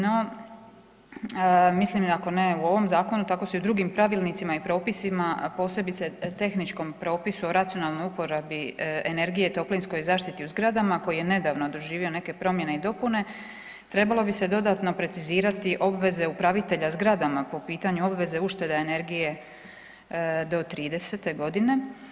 No mislim ako ne u ovom zakonu, tako su i u drugim pravilnicima i propisima, a posebice tehničkom propisu o racionalnoj uporabi energije i toplinskoj zaštiti u zgradama koji je nedavno doživio neke promjene i dopune trebalo bi se dodatno precizirati obveze upravitelja zgradama po pitanju obveze uštede energije do '30.g.